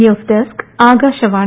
news desk Akashvani